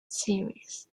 series